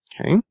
Okay